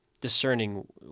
discerning